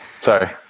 Sorry